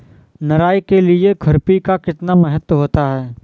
निराई के लिए खुरपी का कितना महत्व होता है?